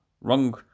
wrong